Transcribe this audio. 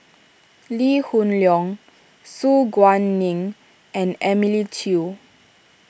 Lee Hoon Leong Su Guaning and Emily Chew